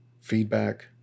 feedback